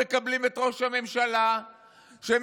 זאת עובדה ששולחן הממשלה לא מכיל אותם.